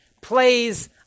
plays